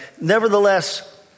Nevertheless